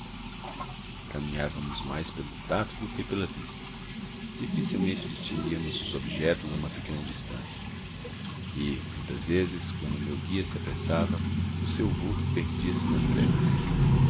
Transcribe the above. caminhávamos mais pelo tato do que pela vista dificilmente distinguíamos os objetos a uma pequena distância e muitas vezes quando o meu guia se apressava o seu vulto perdia-se nas trevas